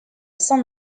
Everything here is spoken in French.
saint